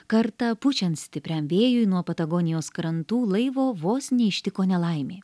kartą pučiant stipriam vėjui nuo patagonijos krantų laivo vos neištiko nelaimė